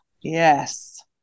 Yes